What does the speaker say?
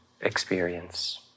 experience